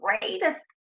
greatest